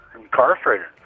incarcerated